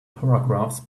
paragraphs